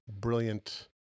brilliant